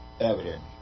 evidence